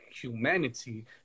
humanity